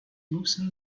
loosened